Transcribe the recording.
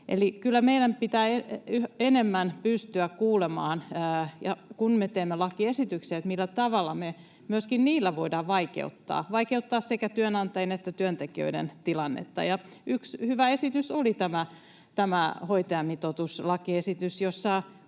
Eli kyllä meidän pitää enemmän pystyä kuulemaan, kun me teemme lakiesityksiä, millä tavalla me niillä voidaan myöskin vaikeuttaa, vaikeuttaa sekä työnantajien että työntekijöiden tilannetta. Yksi hyvä esimerkki oli tämä hoitajamitoituslakiesitys, jossa